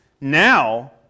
Now